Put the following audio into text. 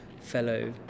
fellow